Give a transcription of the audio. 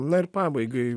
na ir pabaigai